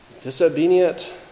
disobedient